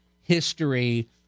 history